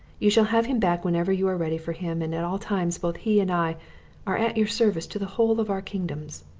you shall have him back whenever you are ready for him, and at all times both he and i are at your service to the whole of our kingdoms.